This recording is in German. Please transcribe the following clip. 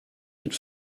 mit